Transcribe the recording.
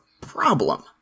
problem